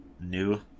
new